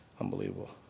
Unbelievable